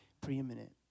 preeminent